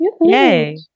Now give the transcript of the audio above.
Yay